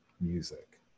music